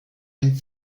ein